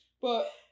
But-